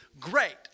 great